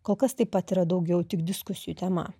kol kas taip pat yra daugiau tik diskusijų tema